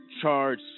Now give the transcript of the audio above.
Charge